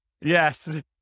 yes